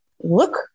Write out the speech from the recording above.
look